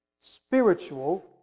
Spiritual